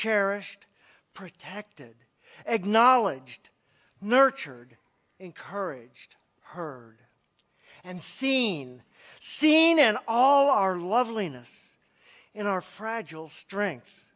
cherished protected acknowledged nurtured encouraged heard and seen seen and all our loveliness in our fragile strength